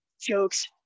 Jokes